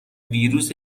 ویروس